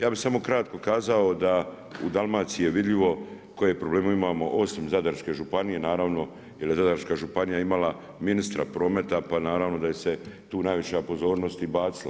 Ja bih samo kratko kazao da u Dalmaciji je vidljivo koje probleme imamo osim Zadarske županije, naravno jer je Zadarska županija imala ministra prometa, pa naravno da se tu najviše pozornosti bacilo.